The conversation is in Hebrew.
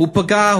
הוא פגע,